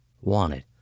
Wanted